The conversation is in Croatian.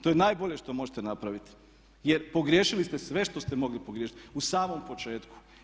To je najbolje što možete napraviti, jer pogriješili ste sve što ste mogli pogriješiti u samom početku.